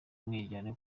umwiryane